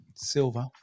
silver